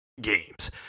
games